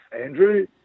Andrew